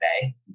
today